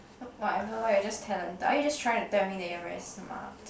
whatever lor you're just talented are you trying to tell me you're very smart